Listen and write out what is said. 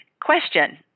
question